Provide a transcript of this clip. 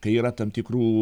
kai yra tam tikrų